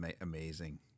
amazing